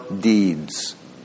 deeds